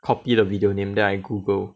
copy the video name then I Google